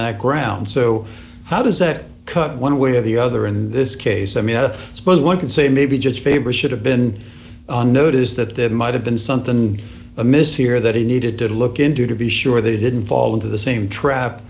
that ground so how does that cut one way or the other in this case i mean i suppose one could say maybe just favre should have been on notice that there might have been something amiss here that he needed to look into to be sure they didn't fall into the same trap